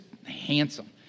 handsome